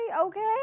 Okay